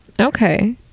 Okay